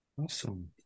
Awesome